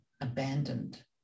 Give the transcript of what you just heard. abandoned